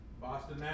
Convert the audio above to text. Boston